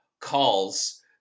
calls